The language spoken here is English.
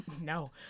No